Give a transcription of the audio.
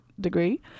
degree